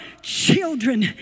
children